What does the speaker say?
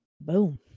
boom